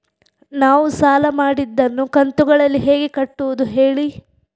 ನಾವು ಸಾಲ ಮಾಡಿದನ್ನು ಕಂತುಗಳಲ್ಲಿ ಹೇಗೆ ಕಟ್ಟುದು ಹೇಳಿ